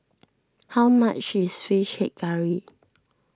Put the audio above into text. how much is Fish Head Curry